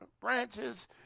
branches